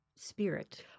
Spirit